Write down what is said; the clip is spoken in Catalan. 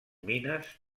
mines